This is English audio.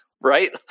Right